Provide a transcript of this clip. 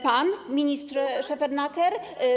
Pan, ministrze Szefernaker?